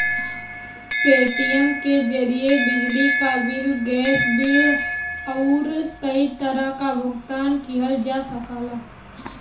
Paytm के जरिये बिजली क बिल, गैस बिल आउर कई तरह क भुगतान किहल जा सकला